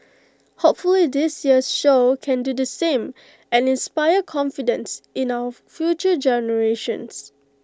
hopefully this year's show can do the same and inspire confidence in our future generations